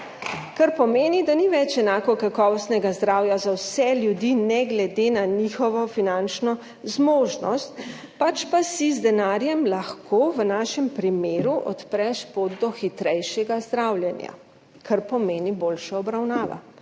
kar pomeni, da ni več enako kakovostnega zdravja za vse ljudi, ne glede na njihovo finančno zmožnost, pač pa si z denarjem lahko v našem primeru odpreš pot do hitrejšega zdravljenja, kar pomeni boljšo,